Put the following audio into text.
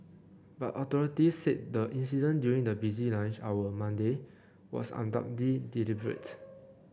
but authorities said the incident during the busy lunch hour Monday was undoubtedly deliberate